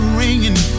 ringing